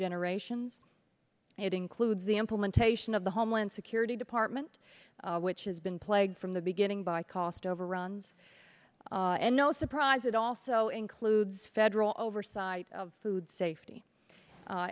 generations and it includes the implementation of the homeland security department which has been plagued from the beginning by cost overruns and no surprise it also includes federal oversight of food safety